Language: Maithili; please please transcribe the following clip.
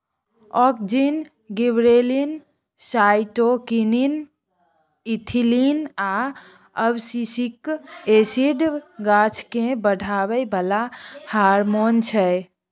आक्जिन, गिबरेलिन, साइटोकीनीन, इथीलिन आ अबसिसिक एसिड गाछकेँ बढ़ाबै बला हारमोन छै